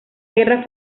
guerra